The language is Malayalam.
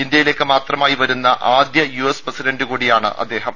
ഇന്ത്യയിലേക്ക് മാത്രമായി വരുന്ന ആദ്യ യുഎസ് പ്രസിഡന്റുകൂടിയാണ് അദ്ദേഹം